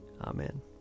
Amen